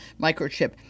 microchip